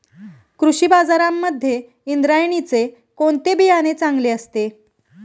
कृषी बाजारांमध्ये इंद्रायणीचे कोणते बियाणे चांगले असते?